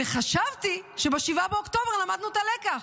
וחשבתי שב-7 באוקטובר למדנו את הלקח,